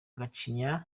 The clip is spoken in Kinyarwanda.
gacinya